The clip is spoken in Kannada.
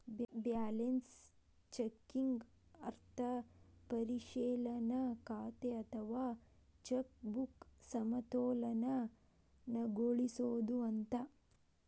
ಬ್ಯಾಲೆನ್ಸ್ ಚೆಕಿಂಗ್ ಅರ್ಥ ಪರಿಶೇಲನಾ ಖಾತೆ ಅಥವಾ ಚೆಕ್ ಬುಕ್ನ ಸಮತೋಲನಗೊಳಿಸೋದು ಅಂತ